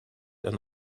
and